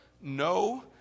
no